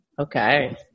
Okay